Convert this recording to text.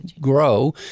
grow